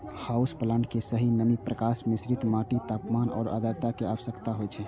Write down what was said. house plant कें सही नमी, प्रकाश, मिश्रित माटि, तापमान आ आद्रता के आवश्यकता होइ छै